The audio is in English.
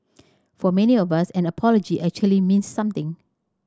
for many of us an apology actually means something